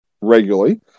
regularly